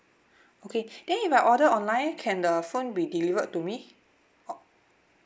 okay then if I order online can the phone be delivered to me